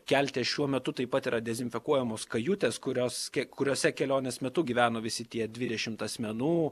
kelte šiuo metu taip pat yra dezinfekuojamos kajutės kurios kuriose kelionės metu gyveno visi tie dvidešimt asmenų